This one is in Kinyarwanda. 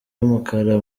y’umukara